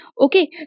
okay